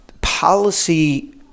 Policy